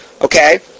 Okay